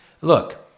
Look